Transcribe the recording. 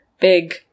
big